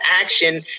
action